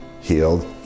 healed